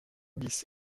bis